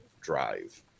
drive